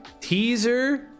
teaser